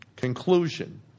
conclusion